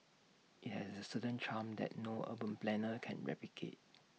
IT has A certain charm that no urban planner can replicate